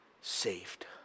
saved